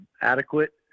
adequate